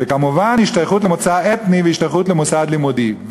וכמובן השתייכות למוצא אתני והשתייכות למוסד לימודים.